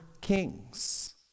kings